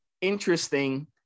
interesting